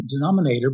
denominator